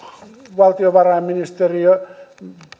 valtiovarainministeriö